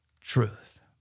truth